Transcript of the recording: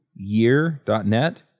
year.net